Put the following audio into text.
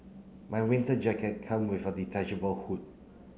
my winter jacket come with a detachable hood